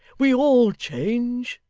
we all change,